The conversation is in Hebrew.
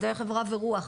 מדעי חברה ורוח,